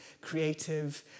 creative